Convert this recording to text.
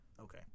Okay